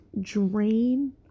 drain